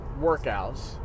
workouts